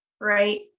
right